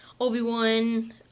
Obi-Wan